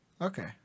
Okay